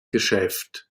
geschäft